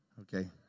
Okay